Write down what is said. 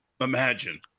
Imagine